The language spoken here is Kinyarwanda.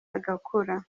bagakura